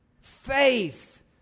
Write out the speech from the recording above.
Faith